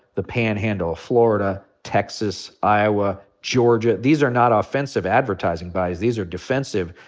the panhandle of florida, texas, iowa, georgia. these are not offensive advertising buys. these are defensive,